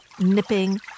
nipping